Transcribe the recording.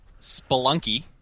Spelunky